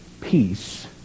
peace